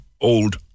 old